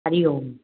हरिओम